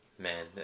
Man